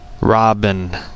Robin